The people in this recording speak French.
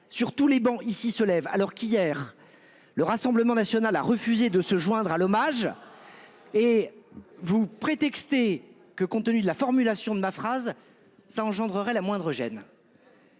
sur tous les bancs ici se lève alors qu'hier. Le Rassemblement national a refusé de se joindre à l'hommage. Et. Vous prétexté que compte tenu de la formulation de la phrase ça engendrerait la moindre gêne.